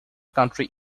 country